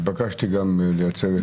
נתבקשתי גם לייצג את זה.